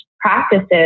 practices